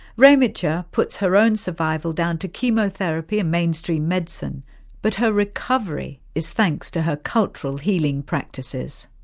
raymattja puts her own survival down to chemotherapy and mainstream medicine but her recovery is thanks to her cultural healing practises.